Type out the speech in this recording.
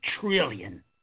trillion